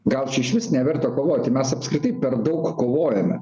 gal čia išvis neverta kovoti mes apskritai per daug kovojame